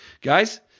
Guys